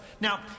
Now